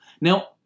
Now